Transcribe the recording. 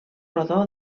rodó